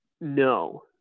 no